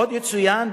עוד יצוין,